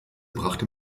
brachte